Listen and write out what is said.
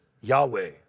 Yahweh